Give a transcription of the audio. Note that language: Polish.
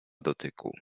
dotyku